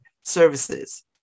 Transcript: services